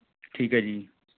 ਠੀਕ ਹੈ ਜੀ